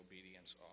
obedience